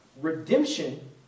Redemption